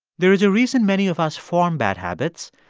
there is a reason many of us form bad habits.